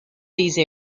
these